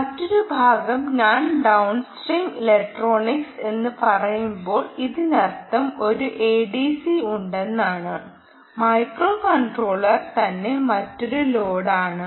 മറ്റൊരു ഭാഗം ഞാൻ ഡൌൺസ്ട്രീം ഇലക്ട്രോണിക്സ് എന്ന് പറയുമ്പോൾ ഇതിനർത്ഥം ഒരു എഡിസി ഉണ്ടെന്നാണ് മൈക്രോ കൺട്രോളർ തന്നെ മറ്റൊരു ലോഡാണ്